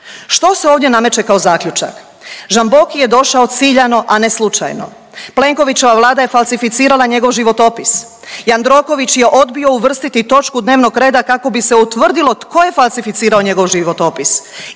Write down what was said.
Što se ovdje nameće kao zaključak? Žamboki je došao ciljano, a ne slučajno, Plenkovićeva vlada je falsificirala njegov životopis, Jandroković je odbio uvrstiti točku dnevnog reda kako bi se utvrdilo tko je falsificirao njegov životopis